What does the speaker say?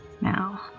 now